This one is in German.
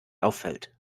auffällt